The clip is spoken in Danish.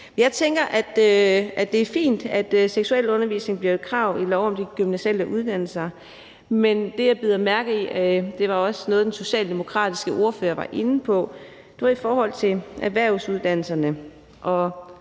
Jeg tænker, at det er fint, at seksualundervisning bliver et krav ifølge lov om de gymnasiale uddannelser, men det, jeg bider mærke i, er noget, som den socialdemokratiske ordfører også var inde på, nemlig i forhold til erhvervsuddannelserne.